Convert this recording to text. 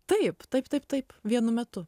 taip taip taip taip vienu metu